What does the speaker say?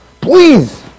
please